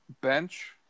bench